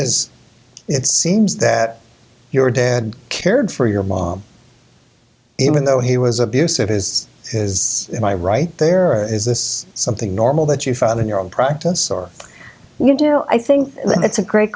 is it seems that your dad cared for your mom even though he was abusive his is my right there or is this something normal that you found in your own practice or you do i think that's a great